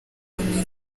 umuntu